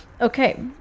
Okay